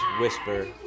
whisper